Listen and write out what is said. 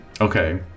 Okay